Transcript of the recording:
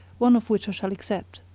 one of which i shall accept.